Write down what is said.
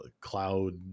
cloud